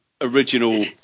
original